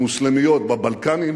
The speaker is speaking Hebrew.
מוסלמיות בבלקנים,